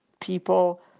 people